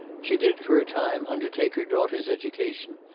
she did, for a time, undertake her daughter's education,